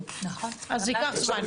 אז זה ייקח זמן.